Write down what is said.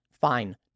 Fine